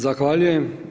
Zahvaljujem.